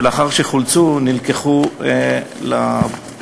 ולאחר שחולצו הם נלקחו אלינו,